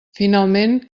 finalment